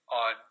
on